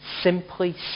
simply